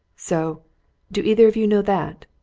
so do either of you know that?